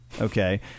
okay